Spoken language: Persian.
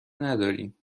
نداریم